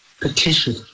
petition